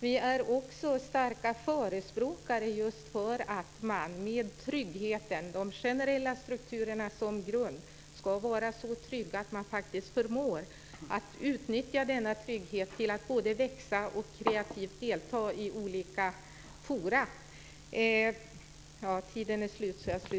Vidare är vi starka förespråkare just för att man med tryggheten, med de generella strukturerna som grund, ska vara så trygg att man faktiskt förmår utnyttja denna trygghet till att både växa och kreativt delta i olika forum.